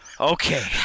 Okay